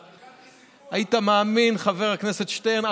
סיפוח, היית מאמין, חבר הכנסת שטרן?